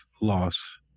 loss